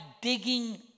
digging